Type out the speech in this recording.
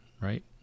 right